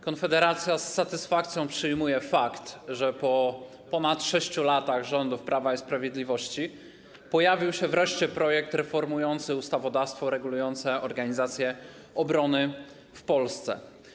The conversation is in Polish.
Konfederacja z satysfakcją przyjmuje fakt, że po ponad 6 latach rządów Prawa i Sprawiedliwości pojawił się wreszcie projekt reformujący ustawodawstwo regulujące organizację obrony w Polsce.